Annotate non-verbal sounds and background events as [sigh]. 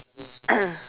[coughs]